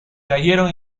cayeron